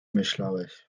myślałeś